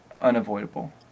unavoidable